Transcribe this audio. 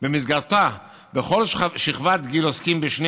שבמסגרתה בכל שכבת גיל עוסקים בשני